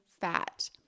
fat